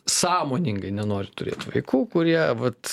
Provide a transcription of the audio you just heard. sąmoningai nenori turėt vaikų kurie vat